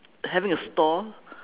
having a store